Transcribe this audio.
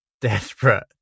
desperate